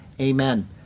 amen